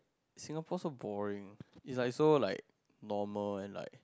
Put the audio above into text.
Singapore so boring it's like so like normal and like